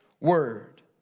word